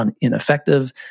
ineffective